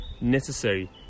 necessary